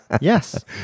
Yes